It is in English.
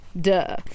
duh